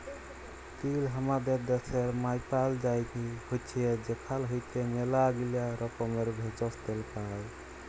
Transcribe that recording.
তিল হামাদের ড্যাশের মায়পাল যায়নি হৈচ্যে সেখাল হইতে ম্যালাগীলা রকমের ভেষজ, তেল পাই